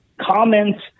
comments